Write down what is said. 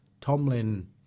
Tomlin